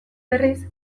berriz